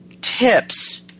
tips